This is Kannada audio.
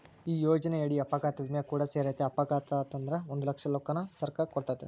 ಈ ಯೋಜನೆಯಡಿ ಅಪಘಾತ ವಿಮೆ ಕೂಡ ಸೇರೆತೆ, ಅಪಘಾತೆ ಆತಂದ್ರ ಒಂದು ಲಕ್ಷ ರೊಕ್ಕನ ಸರ್ಕಾರ ಕೊಡ್ತತೆ